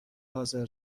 حاضر